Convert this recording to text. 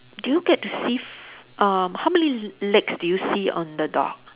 do you get to see f~ err how many l~ legs do you see on the dog